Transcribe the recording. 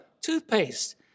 Toothpaste